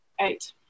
Eight